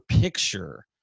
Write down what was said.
picture